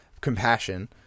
compassion